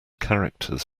characters